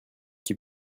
qui